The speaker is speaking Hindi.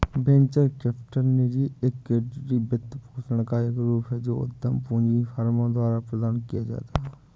वेंचर कैपिटल निजी इक्विटी वित्तपोषण का एक रूप है जो उद्यम पूंजी फर्मों द्वारा प्रदान किया जाता है